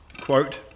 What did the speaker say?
Quote